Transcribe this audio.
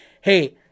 hey